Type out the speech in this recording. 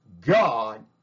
God